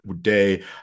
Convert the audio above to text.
day